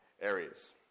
areas